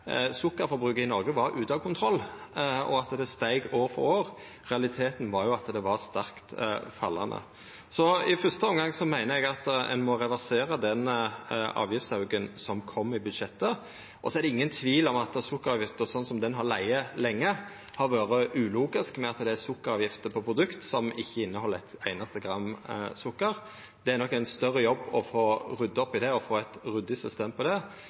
sukkerforbruket i Noreg var ute av kontroll og steig år for år. Realiteten var at det var sterkt fallande. I første omgang meiner eg at ein må reversera den avgiftsauken som kom i budsjettet, og det er ingen tvil om at sukkeravgifta slik ho har vore lenge, har vore ulogisk, i og med at det er sukkeravgift på produkt som ikkje inneheld eitt einaste gram sukker. Det er nok ein større jobb å få rydda opp i det og få eit ryddig system for det.